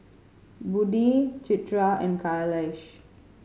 Budi Citra and Khalish